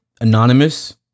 Anonymous